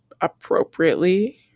appropriately